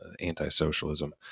anti-socialism